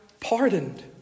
pardoned